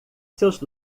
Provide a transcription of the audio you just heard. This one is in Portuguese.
seus